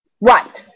Right